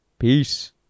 Peace